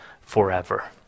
forever